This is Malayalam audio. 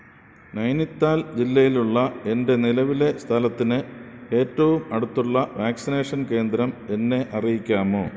നൈനിത്താൽ ജില്ലയിലുള്ള എന്റെ നിലവിലെ സ്ഥലത്തിന് ഏറ്റവും അടുത്തുള്ള വാക്സിനേഷൻ കേന്ദ്രം എന്നെ അറിയിക്കാമോ